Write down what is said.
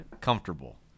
comfortable